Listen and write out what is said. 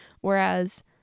Whereas